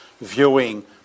viewing